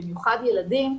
במיוחד ילדים,